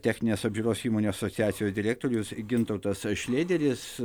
techninės apžiūros įmonių asociacijos direktorius gintautas šlėderis